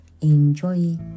enjoy